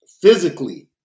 physically